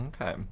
Okay